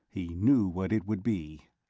he knew what it would be.